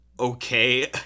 Okay